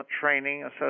training